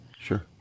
Sure